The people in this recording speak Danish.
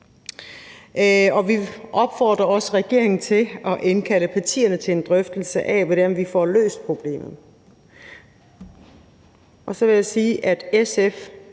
Vi opfordrer også regeringen til at indkalde partierne til en drøftelse af, hvordan vi får løst problemet. Så jeg vil sige, at SF